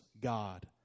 God